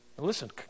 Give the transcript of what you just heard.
Listen